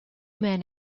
men